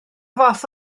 fath